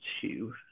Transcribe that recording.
two